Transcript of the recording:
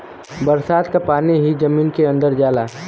बरसात क पानी ही जमीन के अंदर जाला